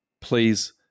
please